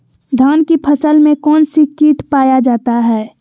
धान की फसल में कौन सी किट पाया जाता है?